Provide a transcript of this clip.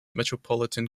metropolitan